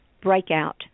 Breakout